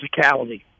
physicality